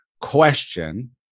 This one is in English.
question